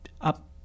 up